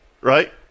right